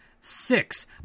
Six